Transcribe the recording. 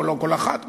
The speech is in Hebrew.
או לא לכל אחת,